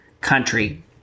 country